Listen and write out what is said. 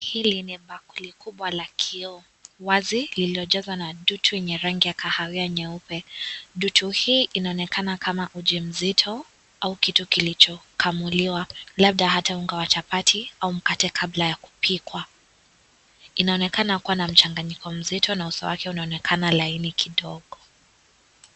Hili ni bakuli kubwa la kioo wazi lililojazwa na dutu yenye rangi ya kahawia nyeupe, dutu hii inaonekana kama uji mzito au kitu kilichokamuliwa labda ata unga wa chapati au mkate kabla ya kupikwa inaonekana kuwa na mchanganyiko mzito na uso wake unaonekana laini kidogo.